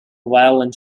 violent